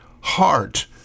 heart